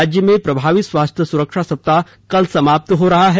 राज्य में प्रभावी स्वास्थ्य सुरक्षा सप्ताह कल समाप्त हो रहा है